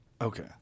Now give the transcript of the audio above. Okay